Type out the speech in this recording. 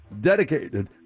Dedicated